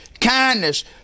kindness